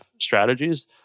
strategies